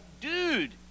dude